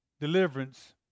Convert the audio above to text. deliverance